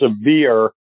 severe